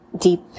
deep